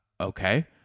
okay